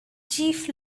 jeff